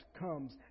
comes